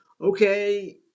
okay